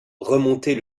remonter